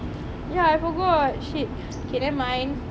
ya I forgot shit okay never mind